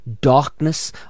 darkness